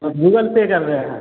आ Google Pay करबै अहाँ